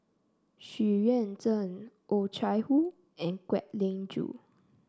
Xu Yuan Zhen Oh Chai Hoo and Kwek Ling Joo